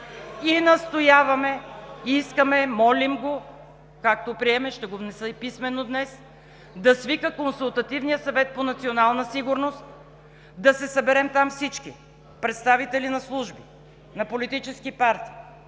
Настояваме, искаме, молим го, както приеме, ще го внеса и писмено днес, да свика Консултативния съвет по национална сигурност. Да се съберем там всички – представители на служби, на политически партии,